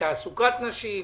תעסוקת נשים,